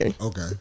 Okay